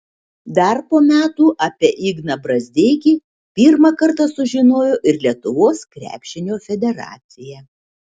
dar po metų apie igną brazdeikį pirmą kartą sužinojo ir lietuvos krepšinio federacija